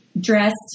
dressed